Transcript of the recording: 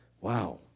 Wow